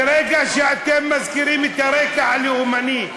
ברגע שאתם מזכירים את הרקע הלאומני,